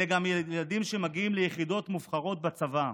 אלה גם ילדים שמגיעים ליחידות מובחרות בצבא.